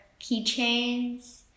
keychains